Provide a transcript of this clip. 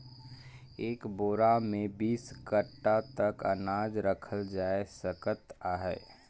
एक बोरा मे बीस काठा तक अनाज रखल जाए सकत अहे